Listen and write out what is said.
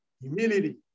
Humility